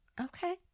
okay